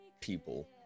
people